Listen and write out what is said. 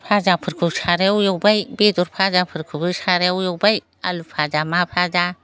भाजाफोरखौ सारायाव एवबाय बेदर फाजाफोरखौबो सारायाव एवबाय आलु फाजा मा फाजा